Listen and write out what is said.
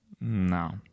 no